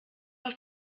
auf